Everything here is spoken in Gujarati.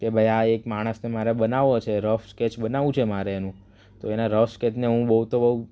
કે ભાઈ આ એક માણસનો મારે બનાવવો છે રફ સ્કેચ બનાવવું છે મારે એનું તો એના રફ સ્કેચને હું બહું તો બહું